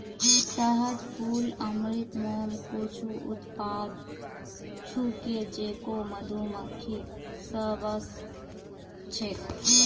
शहद, फूल अमृत, मोम कुछू उत्पाद छूके जेको मधुमक्खि स व स छेक